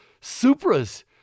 Supras